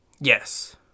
Yes